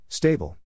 Stable